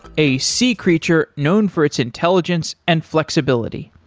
a sea creature known for its intelligence and flexibility.